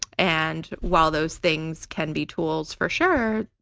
and while those things can be tools for sure,